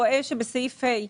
רואה שבסעיף ה'